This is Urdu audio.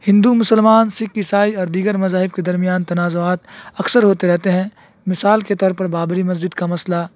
ہندو مسلمان سکھ عیسائی اور دیگر مذاہب کے درمیان تنازعات اکثر ہوتے رہتے ہیں مثال کے طور پر بابری مسجد کا مسئلہ